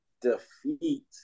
defeat